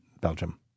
Belgium